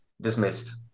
dismissed